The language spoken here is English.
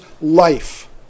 life